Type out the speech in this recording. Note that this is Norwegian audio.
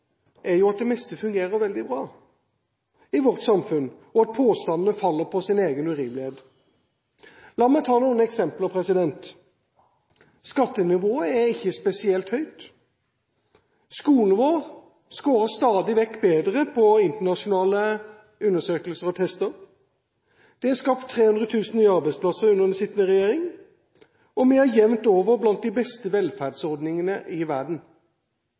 er jo at det meste fungerer veldig bra i vårt samfunn, og at påstandene faller på sin egen urimelighet. La meg ta noen eksempler. Skattenivået er ikke spesielt høyt, skolen vår scorer stadig bedre på internasjonale undersøkelser og tester, det er skapt 300 000 arbeidsplasser under den sittende regjering, og vi har jevnt over blant de beste velferdsordningene i verden.